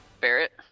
Barrett